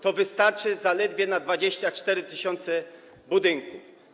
To wystarczy zaledwie na 24 tys. budynków.